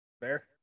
Fair